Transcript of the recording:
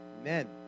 Amen